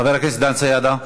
חבר הכנסת דן סידה,